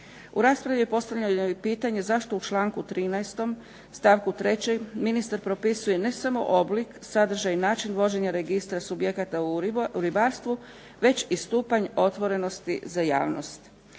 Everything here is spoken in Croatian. U raspravi je postavljeno i pitanje zašto u članku 13. stavku 3. ministar propisuje ne samo oblik, sadržaj i način vođenja Registra subjekata u ribarstvu već i stupanj otvorenosti za javnost.